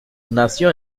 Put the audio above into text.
nació